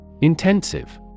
Intensive